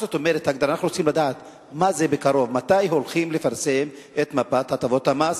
אנחנו רוצים לדעת מה זה בקרוב: מתי הולכים לפרסם את מפת הטבות המס?